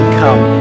come